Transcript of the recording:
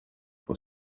for